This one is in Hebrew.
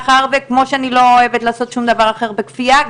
כמו שאני לא אוהבת לעשות שום דבר אחר בכפייה,